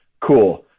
cool